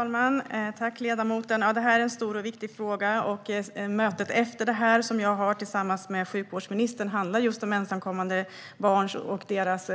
Herr talman! Det här är en stor och viktig fråga. Det möte som jag har med sjukvårdsministern efter frågestunden handlar just om ensamkommande barn och deras